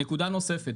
נקודה נוספת.